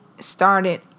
started